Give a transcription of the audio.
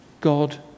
God